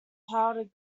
powdered